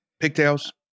Pigtails